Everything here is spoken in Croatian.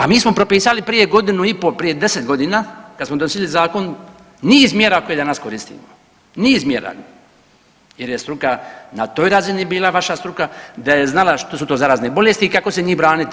A mi smo propisali prije godinu i po, prije 10 godina, kad smo donosili zakon, niz mjera koje danas koristimo, niz mjera jer je struka na toj razini bila, vaša struka, da je znala što su to zarazne bolesti i kako se njih braniti.